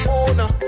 owner